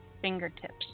fingertips